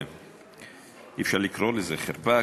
אי-אפשר לקרוא לזה חרפה,